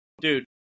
dude